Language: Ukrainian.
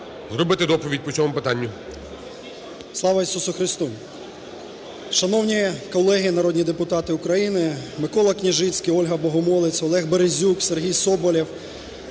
зробити доповідь по цьому питанню.